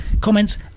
comments